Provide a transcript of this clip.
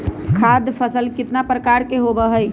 खाद्य फसल कितना प्रकार के होबा हई?